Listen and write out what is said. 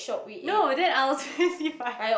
no then I'll specify